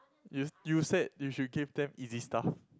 you you said you should give them easy stuff